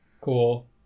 Cool